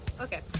Okay